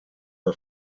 her